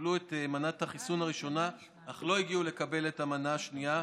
שקיבלו את מנת החיסון הראשונה אך לא הגיעו לקבל את המנה השנייה,